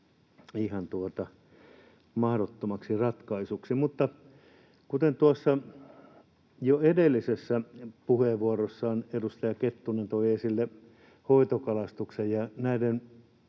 ihan mahdottomaksi ratkaisuksi. Mutta kuten tuossa jo edellisessä puheenvuorossaan edustaja Kettunen toi esille hoitokalastuksen ja näiden